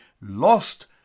lost